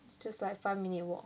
it's just like five minute walk